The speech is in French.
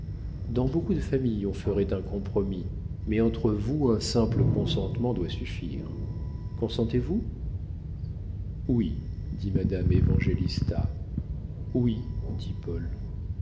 dans beaucoup de familles on ferait un compromis mais entre vous un simple consentement doit suffire consentez-vous oui dit madame évangélista oui dit paul